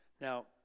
Now